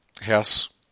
house